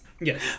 Yes